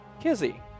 Kizzy